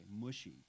mushy